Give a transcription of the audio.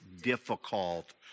difficult